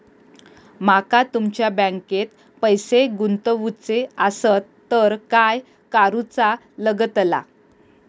माका तुमच्या बँकेत पैसे गुंतवूचे आसत तर काय कारुचा लगतला?